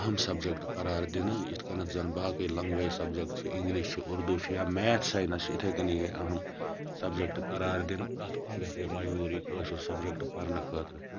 اَہَم سَنجَکٹ قَرار دِنہٕ یِتھ کٔنیٚتھ زَن باقٕے لَنگویج سَبجِکٹ چھِ اِنٛگلِش چھ اردوٗ چھُ یا میتھ ساینَس چھِ اِتھے کٔنی اَہَم سَبجِکٹ قَرار دِنہٕ پرٛٮ۪تھ کانٛہہ گَژھِ ہے مَجبوٗر یہِ کٲشُر سَبجِکٹ پَرنہٕ خٲطرٕ